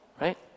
right